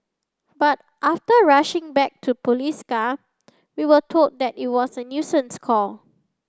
but after rushing back to police car we were told that it was a nuisance call